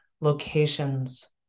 locations